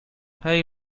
hej